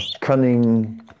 cunning